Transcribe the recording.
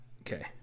Okay